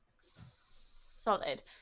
Solid